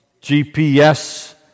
GPS